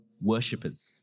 worshippers